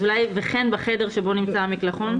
אז אולי וכן בחדר שבו נמצא המקלחון.